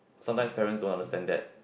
sometimes parents don't understand that